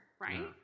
right